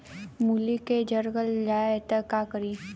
मूली के जर गल जाए त का करी?